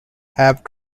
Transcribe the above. have